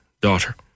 daughter